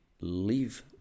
leave